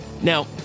Now